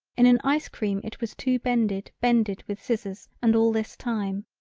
in an ice-cream it was too bended bended with scissors and all this time.